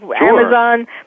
Amazon